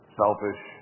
selfish